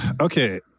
okay